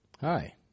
Hi